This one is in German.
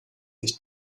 nicht